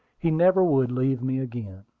he never would leave me again.